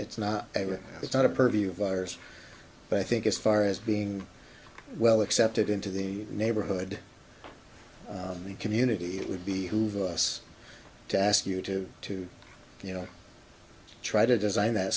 it's not ever it's not a purview of ours but i think as far as being well accepted into the neighborhood in the community it would be who've us to ask you to to you know try to design that